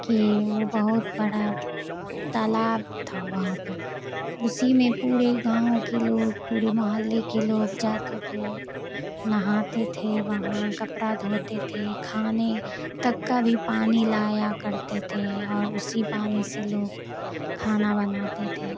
کہ وہ بہت بڑا تالاب تھا وہاں پر اسی میں پورے گاؤں کے لوگ پورے محلے کے لوگ جاتے تھے نہاتے تھے وہاں کپڑا دھوتے تھے کھانے تک کا بھی پانی لایا کرتے تھے اور اسی پانی سے لوگ کھانا بناتے تھے